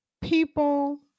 people